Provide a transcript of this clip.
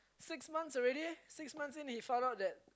six months already six months in he found out that